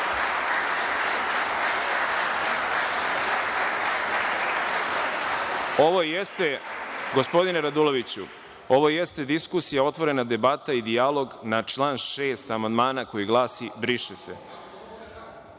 jeste, gospodine Raduloviću, ovo jeste diskusija, otvorena debata i dijalog na član 6. amandmana koji glasi: „briše